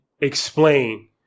explain